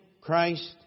Christ